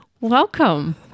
Welcome